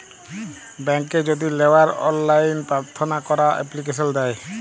ব্যাংকে যদি লেওয়ার অললাইন পার্থনা ক্যরা এপ্লিকেশন দেয়